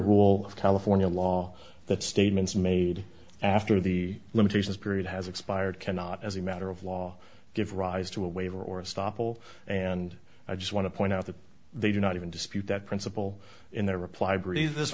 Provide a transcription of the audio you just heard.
of california law that statements made after the limitations period has expired cannot as a matter of law give rise to a waiver or stoppel and i just want to point out that they do not even dispute that principle in their reply br